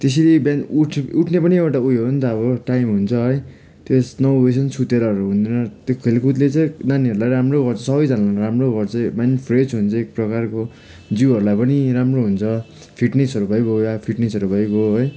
त्यसरी बिहान उठ् उठ्ने पनि एउटा उयो हो नि त अब टाइम हुन्छ है त्यस नौ बजीसम्म सुतेरहरू हुँदैन त्यो खेलकुदले चाहिँ नानीहरूलाई राम्रो गर्छ सबैजनालाई राम्रो गर्छ माइन्ड फ्रेस हुन्छ एक प्रकारको जिउहरूलाई पनि राम्रो हुन्छ फिटनेसहरूको लागि भयो एउटा फिटनेसहरूको लागि भयो है